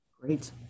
Great